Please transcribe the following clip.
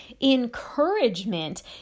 encouragement